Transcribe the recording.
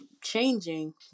changing